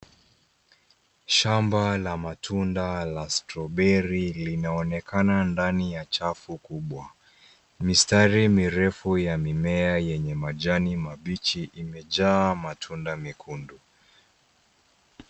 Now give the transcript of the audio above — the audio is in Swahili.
Shamba la matunda la strawberry linaonekana ndani ya chafu kubwa. Mistari mirefu ya mimea yenye majani mabichi imejaa matunda mekundu.